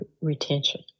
retention